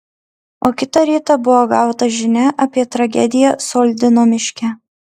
o kitą rytą buvo gauta žinia apie tragediją soldino miške